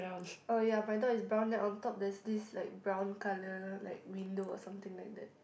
oh ya my door is brown then on top there's this like brown colour like window or something like that